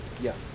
Yes